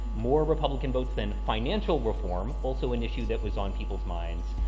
more republican votes than financial reform. also an issue that was on people's minds,